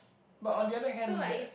but on the other hands that